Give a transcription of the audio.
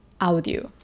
audio